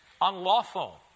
unlawful